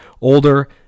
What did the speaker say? older